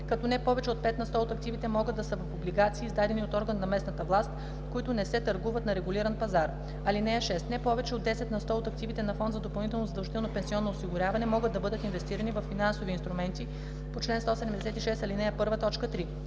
като не повече от 5 на сто от активите могат да са в облигации, издадени от орган на местната власт, които не се търгуват на регулиран пазар. (6) Не повече от 10 на сто от активите на фонд за допълнително задължително пенсионно осигуряване могат да бъдат инвестирани във финансови инструменти по чл. 176, ал. 1, т. 3.